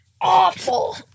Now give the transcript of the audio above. awful